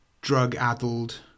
drug-addled